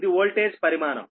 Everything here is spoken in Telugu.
ఇది ఓల్టేజ్ పరిమాణం